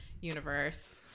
universe